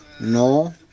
No